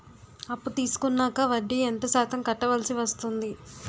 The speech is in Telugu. అప్పు తీసుకున్నాక వడ్డీ ఎంత శాతం కట్టవల్సి వస్తుంది?